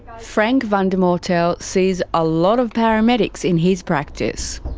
frank van de mortel sees a lot of paramedics in his practice.